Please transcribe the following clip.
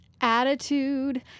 Attitude